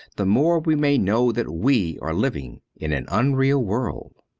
the more we may know that we are living in an unreal world.